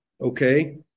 Okay